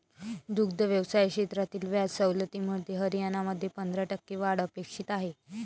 दुग्ध व्यवसाय क्षेत्रातील व्याज सवलतीमुळे हरियाणामध्ये पंधरा टक्के वाढ अपेक्षित आहे